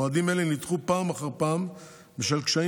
מועדים אלה נדחו פעם אחר פעם בשל קשיים